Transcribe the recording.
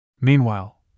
Meanwhile